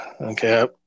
Okay